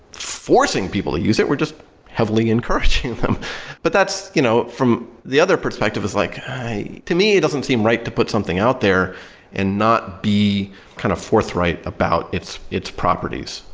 forcing people to use it. we're just heavily encouraging them but that's you know from the other perspective is like to me, it doesn't seem right to put something out there and not be kind of forthright about its its properties,